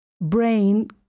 brain